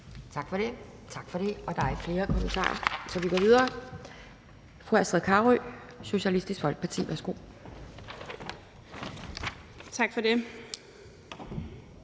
Tak for det. Der er ikke flere korte bemærkninger, så vi går videre. Fru Astrid Carøe, Socialistisk Folkeparti. Værsgo. Kl.